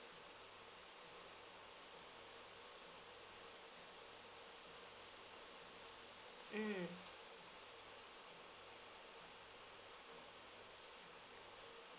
mm